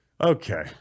Okay